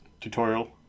tutorial